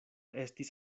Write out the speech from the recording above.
estis